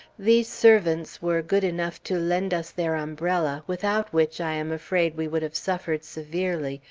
these servants were good enough to lend us their umbrella, without which i am afraid we would have suffered severely,